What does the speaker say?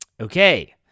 Okay